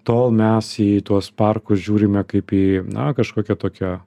tol mes į tuos parkus žiūrime kaip į na kažkokią tokią